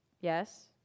Yes